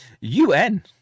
un